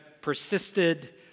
persisted